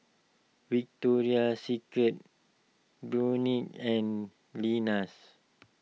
Victoria Secret Burnie and Lenas